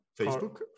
Facebook